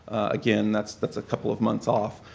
again, that's that's a couple of months off.